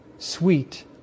sweet